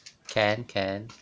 can can